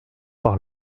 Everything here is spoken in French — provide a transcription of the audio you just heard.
par